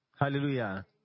Hallelujah